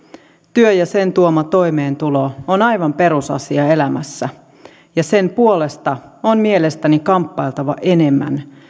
työ ja sen tuoma toimeentulo on aivan perusasia elämässä ja sen puolesta on mielestäni kamppailtava enemmän